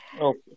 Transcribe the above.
Okay